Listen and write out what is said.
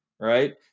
right